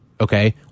okay